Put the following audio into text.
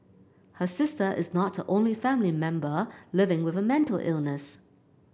her sister is not the only family member living with a mental illness